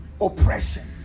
Oppression